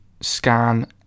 scan